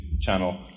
channel